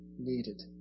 needed